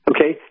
Okay